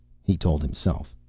he told himself.